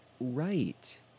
Right